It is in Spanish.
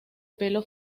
pelo